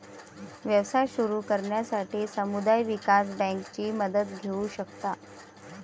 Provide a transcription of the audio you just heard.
व्यवसाय सुरू करण्यासाठी समुदाय विकास बँकेची मदत घेऊ शकता